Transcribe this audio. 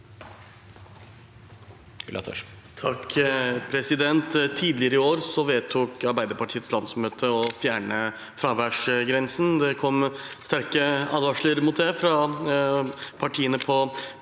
(FrP) Tidligere i år vedtok Arbeiderpartiets landsmøte å fjerne fraværsgrensen. Det kom sterke advarsler mot det fra partiene på